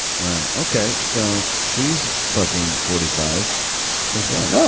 wow, okay, so she's fucking forty five as well.